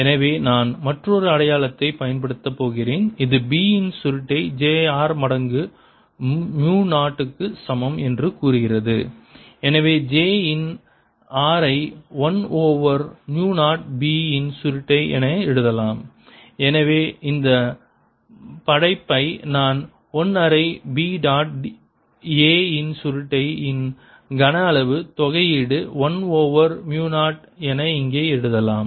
எனவே நான் மற்றொரு அடையாளத்தைப் பயன்படுத்தப் போகிறேன் இது B இன் சுருட்டை j r மடங்கு மு 0 க்கு சமம் என்று கூறுகிறது எனவே j இன் r ஐ 1 ஓவர் மு 0 B இன் சுருட்டை என எழுதலாம் எனவே இந்த படைப்பை நான் 1 அரை B டாட் A இன் சுருட்டை இன் கன அளவு தொகையீடு 1 ஓவர் மு 0 என இங்கே எழுதலாம்